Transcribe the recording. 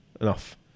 enough